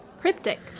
Cryptic